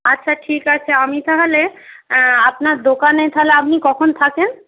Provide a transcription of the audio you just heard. আচ্ছা ঠিক আছে আমি তাহলে আপনার দোকানে তাহলে আপনি কখন থাকেন